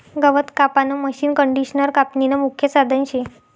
गवत कापानं मशीनकंडिशनर कापनीनं मुख्य साधन शे